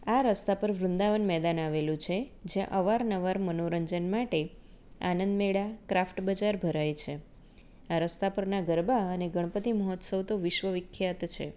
આ રસ્તા પર વૃંદાવન મેદાન આવેલું છે જ્યાં અવાર નવાર મનોરંજન માટે આનંદ મેળા ક્રાફ્ટ બજાર ભરાય છે આ રસ્તા પરના ગરબા અને ગણપતિ મહોત્સવ તો વિશ્વ વિખ્યાત છે